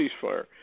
ceasefire